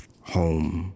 home